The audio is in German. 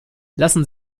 lassen